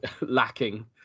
lacking